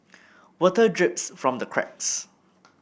water drips from the cracks